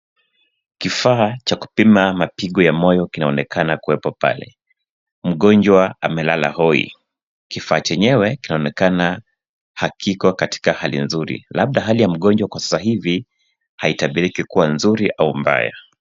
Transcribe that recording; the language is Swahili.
Kifaa cha kupima mapigo ya moyo kinaonekana kuwepo pale. Mgonjwa amelala hoi. Kifaa chenyewe kinaonekana hakiko katika hali nzuri, labda hali ya mgonjwa kwa sasa hivi haitabiriki kuwa nzuri au mbaya.